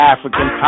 African